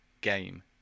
game